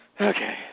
Okay